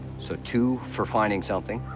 so two for finding something,